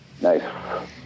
Nice